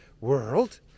world